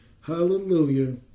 Hallelujah